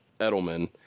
Edelman